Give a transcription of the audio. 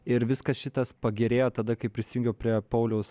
ir viskas šitas pagerėjo tada kai prisijungiau prie pauliaus